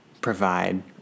provide